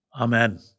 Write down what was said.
Amen